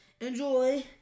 enjoy